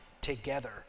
together